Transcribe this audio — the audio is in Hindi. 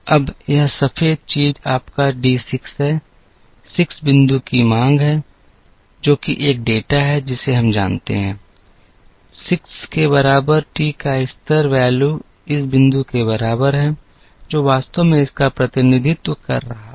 अब यह सफ़ेद चीज़ आपका D 6 है 6 बिंदु पर मांग जो कि एक डेटा है जिसे हम जानते हैं 6 के बराबर t का स्तर मान इस बिंदु के बराबर है जो वास्तव में इसका प्रतिनिधित्व कर रहा है